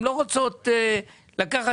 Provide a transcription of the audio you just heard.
לא רוצות לבטח,